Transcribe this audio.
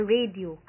Radio